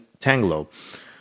Tanglo